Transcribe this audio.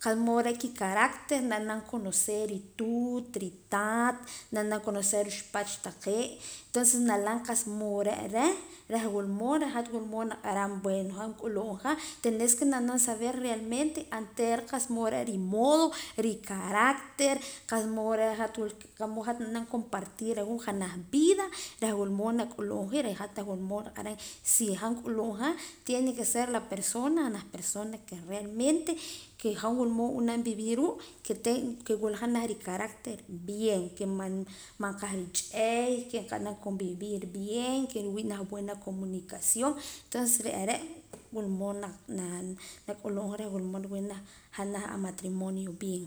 qa'sa mood re' ki caracter reh na'nam conocer rituut ritaat na'nam conocer ruxpach taqee' tonce nalam qa'sa mood re' reh reh wula mood reh hat wula mood naq'aram bueno han nk'ulumja tenes ke na'anam saber realmente anteera qa'sa mood re' ri modo ri caracter qa'sa mood re' hat wulk qa'sa mood re' hat nab'anam compartir reh ruu' janaj vida reh wula mood nak'ulumja y reh hat wula mood naq'aram si han nk'ulumja tiene ke ser la persona janaj persona ke realmente ke han wula mood nb'anam vivir ruu' ke tien ke wula janaj ricaracter bien ke man qahrich'eey ke nqe'nam convivir bien ke nriwii' janaj buena comunicación entonce re' are' wula mod na na nak'ulub'ja reh wula mood nriwii' janaj a matrimonio bien